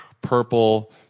purple